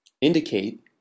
indicate